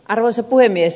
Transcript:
arvoisa puhemies